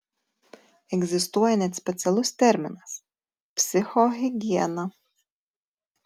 egzistuoja net specialus terminas psichohigiena